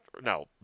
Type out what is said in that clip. No